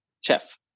chef